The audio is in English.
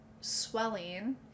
swelling